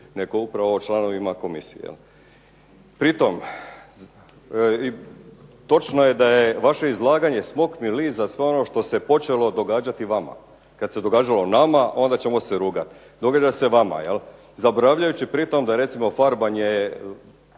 nego upravo o članovima komisije. Pritom, i točno je da je vaše izlaganje "smokvin list" za sve ono što se počelo događati vama. Kad se događalo nama onda ćemo se rugati. Događa se vama jel'. Zaboravljajući pritom da je recimo farbanje